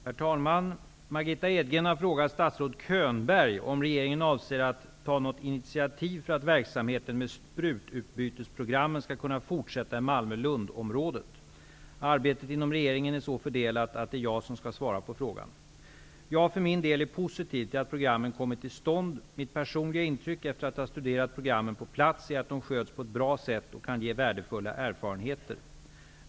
Herr talman! Margitta Edgren har frågat statsrådet Könberg om regeringen avser att ta något initiativ för att verksamheten med sprututbytesprogrammen skall kunna fortsätta i Malmö/Lund-området. Arbetet inom regeringen är så fördelat att det är jag som skall svara på frågan. Jag för min del är positiv till att programmen kommit till stånd. Mitt personliga intryck, efter att ha studerat programmen på plats, är att de sköts på ett bra sätt och kan ge värdefulla erfarenheter.